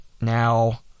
now